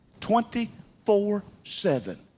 24-7